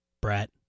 Brett